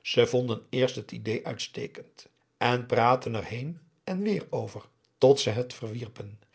ze vonden eerst het idée uitstekend en praatten er heen en weer over tot ze het verwierpen